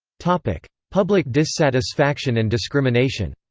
public public dissatisfaction and discrimination